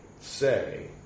say